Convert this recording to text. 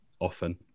Often